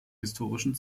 historischen